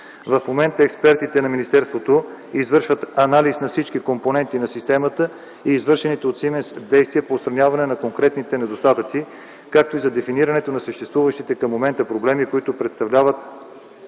В момента експертите на министерството извършват анализ на всички компоненти на системата и извършените от „Сименс” действия по отстраняване на конкретните недостатъци, както и за дефинирането на съществуващите към момента проблеми, които възпрепятстват